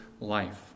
life